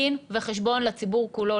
דין וחשבון לציבור כולו,